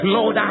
Lord